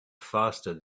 faster